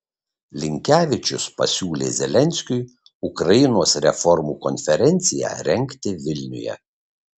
linkevičius pasiūlė zelenskiui ukrainos reformų konferenciją rengti vilniuje